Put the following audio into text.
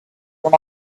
from